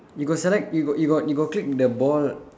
you got select you got you got you got click the ball